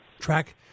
track